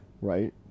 right